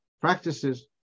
practices